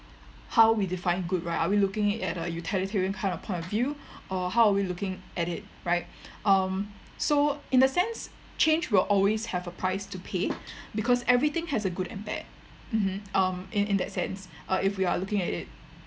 how we define good right are we looking at it a utilitarian kind of point of view or how are we looking at it right um so in a sense change will always have a price to pay because everything has a good and bad mm um in in that sense uh if we are looking at it